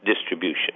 Distribution